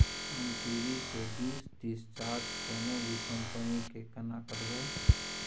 हम टी.वी के dish recharge कोनो भी कंपनी के केना करबे?